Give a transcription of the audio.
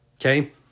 Okay